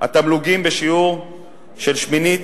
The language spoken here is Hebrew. התמלוגים בשיעור של שמינית,